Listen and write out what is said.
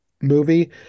movie